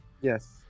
Yes